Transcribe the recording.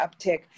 uptick